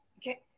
Okay